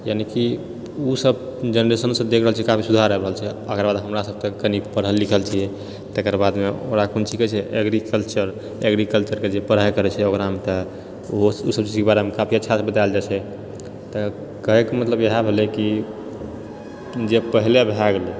यानि कि ओ सब जेनरेशनसँ देख रहल छियै काफी सुधार आबि रहल छै ओकर बाद हमरा सब तऽ कनी पढ़ल लिखल छियै तकर बादमे ओकरा कोन चीज कहै छै एग्रीकल्चर एग्रीकल्चरके जे पढ़ाइ करै छै ओकरामे तऽ ओ सब चीजके बारेमे काफी अच्छा से बताएल जाइत छै तऽ कहै कऽ मतलब इहए भेलै कि जे पहिले भए गेलै